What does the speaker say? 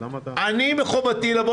אז למה אתה ----- מחובתי לבוא